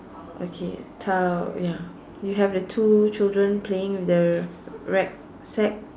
okay tile ya you have the two children playing with the rack sack